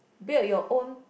build your own